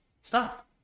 Stop